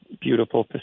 beautiful